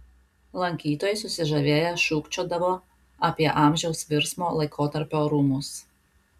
lankytojai susižavėję šūkčiodavo apie amžiaus virsmo laikotarpio rūmus